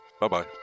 Bye-bye